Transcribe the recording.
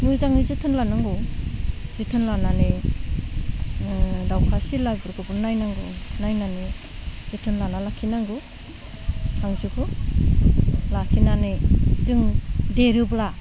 मोजाङै जोथोन लानांगौ जोथोन लानानै दाउखा सिलाफोरखौबो नायनांगौ नायनानै जोथोन लाना लाखिनांगौ हांसोखौ लाखिनानै जोङो देरोब्ला